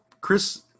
chris